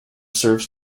serves